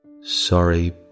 Sorry